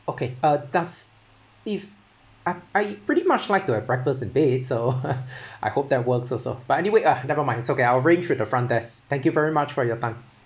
okay uh does if I I pretty much like to have breakfast in bed so I hope that works also but anyway ah never mind it's okay I'll arrange with the front desk thank you very much for your time